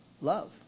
Love